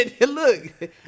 look